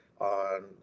on